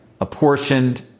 apportioned